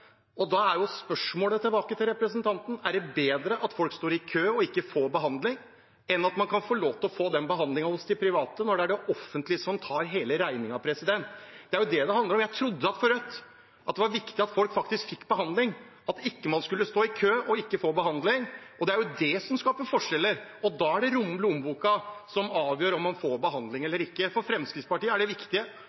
ute. Da er spørsmålet tilbake til representanten: Er det bedre at folk står i kø og ikke får behandling, enn at man kan få lov til å få den behandlingen hos de private, når det er det offentlige som tar hele regningen? Det er det det handler om. Jeg trodde at det for Rødt var viktig at folk faktisk fikk behandling, at man ikke skulle stå i kø og ikke få behandling. Det er det som skaper forskjeller, og da er det lommeboka som avgjør om man får behandling eller ikke. For Fremskrittspartiet er det viktige